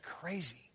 crazy